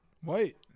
White